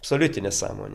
absoliuti nesąmonė